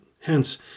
Hence